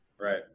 Right